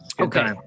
Okay